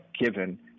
Given